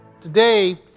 Today